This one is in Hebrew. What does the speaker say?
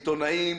מהצו עיתונאים,